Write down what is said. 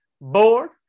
board